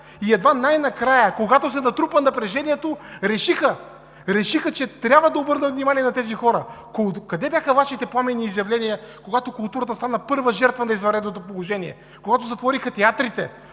Едва най-накрая, когато се натрупа напрежението, решиха, че трябва да обърнат внимание на тези хора. Къде бяха Вашите пламенни изявления, когато културата стана първа жертва на извънредното положение, когато затвориха театрите